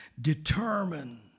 Determine